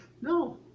no